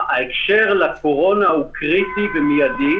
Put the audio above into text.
ההקשר לקורונה הוא קריטי ומיידי.